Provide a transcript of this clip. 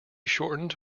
shortened